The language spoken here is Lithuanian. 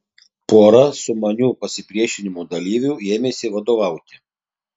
pora sumanių pasipriešinimo dalyvių ėmėsi vadovauti